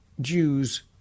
Jews